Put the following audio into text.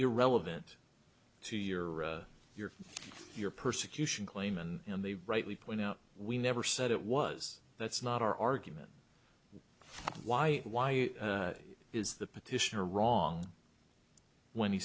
irrelevant to your your your persecution claim and they rightly point out we never said it was that's not our argument why why is the petitioner wrong when he